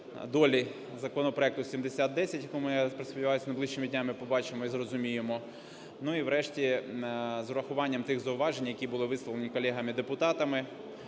долі законопроекту 7010, який, я сподіваюсь, найближчими днями ми побачимо і зрозуміємо. Ну, і врешті з урахуванням тих зауважень, які були висловлені колегами депутатами,